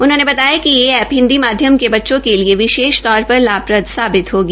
उन्होंने बताया कि यह एप हिंदी माध्यम के बच्चों के लिए विशेष तौर पर लाभप्रद साबित होगी